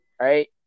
right